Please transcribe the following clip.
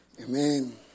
Amen